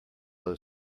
low